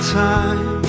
time